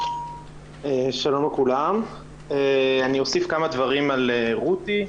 שלום לכולם, אני אוסיף כמה דברים על רותי.